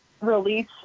release